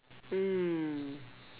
mm